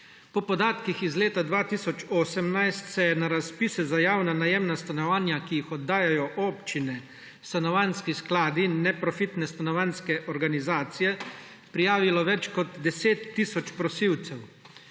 Po podatkih iz leta 2018 se je na razpise za javna najemna stanovanja, ki jih oddajajo občine, stanovanjski skladi in neprofitne stanovanjske organizacije, prijavilo več kot 10 tisoč prosilcev.